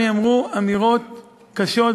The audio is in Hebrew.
נאמרו אמירות קשות,